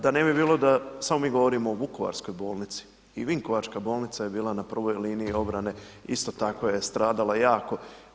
Da ne bi bilo da samo mi govorimo o Vukovarskoj bolnici i Vinkovačka bolnica je bila na prvoj liniji obrane, isto tako je stradala jako.